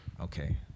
Okay